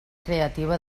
creativa